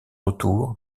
retour